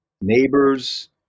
neighbors